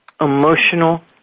emotional